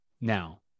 now